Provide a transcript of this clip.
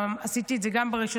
גם עשיתי את זה גם ברשתות,